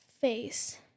face